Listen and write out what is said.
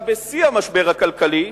בשיא המשבר הכלכלי,